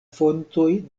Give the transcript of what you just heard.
fontoj